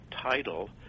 title